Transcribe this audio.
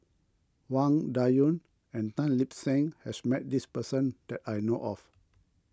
Wang Dayuan and Tan Lip Seng has met this person that I know of